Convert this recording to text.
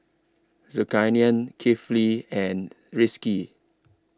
Zulkarnain Kefli and Rizqi